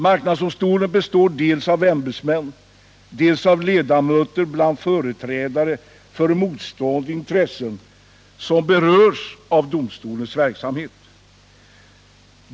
Marknadsdomstolen består dels av ämbetsmän, dels av ledamöter företrädande motstående intressen som berörs av domstolens verksamhet.